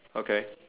okay